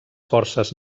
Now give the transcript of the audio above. forces